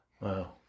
Wow